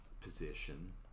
position